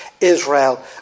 Israel